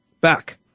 back